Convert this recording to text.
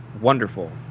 wonderful